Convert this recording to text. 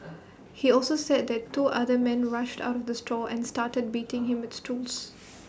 he also said that two other men rushed out of the store and started beating him with stools